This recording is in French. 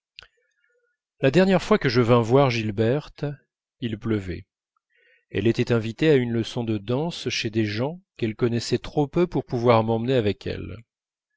la dernière fois que je vins voir gilberte il pleuvait elle était invitée à une leçon de danse chez des gens qu'elle connaissait trop peu pour pouvoir m'emmener avec elle